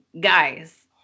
Guys